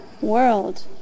world